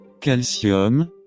calcium